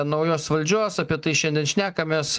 naujos valdžios apie tai šiandien šnekamės